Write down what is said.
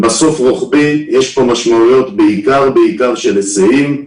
יש משמעויות בעיקר של היסעים,